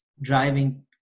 driving